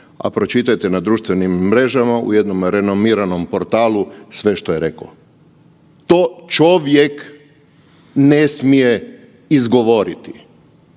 a pročitajte na društvenim mrežama u jednom renomiranom portalu sve što je rekao. To čovjek ne smije izgovoriti,